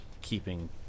keeping